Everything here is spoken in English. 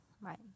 right